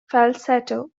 falsetto